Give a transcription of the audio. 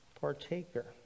partaker